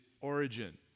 origin